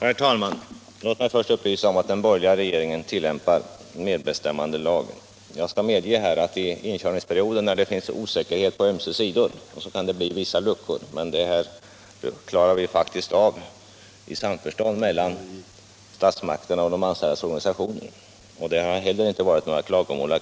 Herr talman! Låt mig först upplysa om att den borgerliga regeringen tillämpar medbestämmandelagen. Jag medger att det, när det under inkörningsperioden finns osäkerhet på ömse sidor, kan uppstå vissa luckor. Statsmakterna och de anställdas organisationer klarar faktiskt av problemen i samförstånd. Det har inte förekommit några klagomål.